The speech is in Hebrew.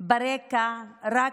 ברקע רק